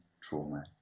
trauma